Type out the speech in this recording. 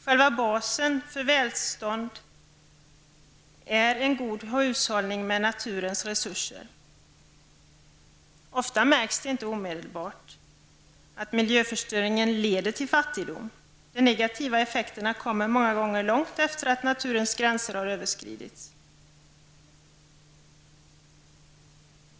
Själva basen för välstånd är en god hushållning med naturens resurser. Ofta märks det inte omedelbart att miljöförstöringen leder till fattigdom. De negativa effekterna kommer många gånger långt efter det att naturens gränser har överskridits.